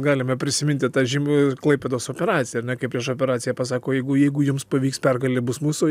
galime prisiminti tą žymųjų klaipėdos operaciją ar ne kaip prieš operaciją pasako jeigu jeigu jums pavyks pergalė bus mūsų